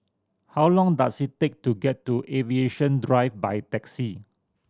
how long does it take to get to Aviation Drive by taxi